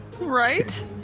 Right